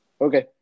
Okay